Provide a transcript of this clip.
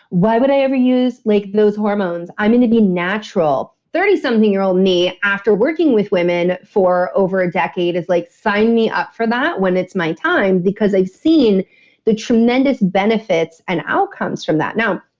why would i ever use like those hormones? i'm going to be natural. thirty something year-old me after working with women for over a decade is like, sign me up for that when it's my time because i've seen the tremendous benefits and outcomes from that. now,